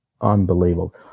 unbelievable